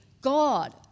God